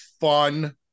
fun